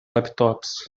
laptops